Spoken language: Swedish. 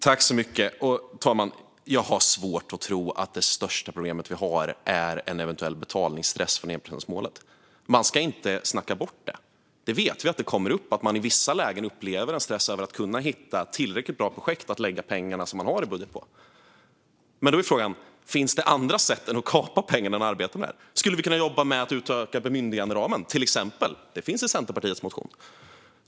Fru talman! Jag har svårt att tro att det största problem vi har är en eventuell betalningsstress på grund av enprocentsmålet. Men man ska inte snacka bort det. Vi vet att det kommer upp att man i vissa lägen upplever en stress när man ska hitta tillräckligt bra projekt att lägga pengarna som man har i budgeten på. Men då är frågan: Finns det andra sätt än att kapa pengarna man arbetar med? Skulle vi kunna jobba med att till exempel utöka bemyndiganderamen? Det finns i Centerpartiets motion.